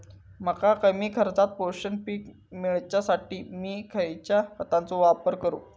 मका कमी खर्चात पोषक पीक मिळण्यासाठी मी खैयच्या खतांचो वापर करू?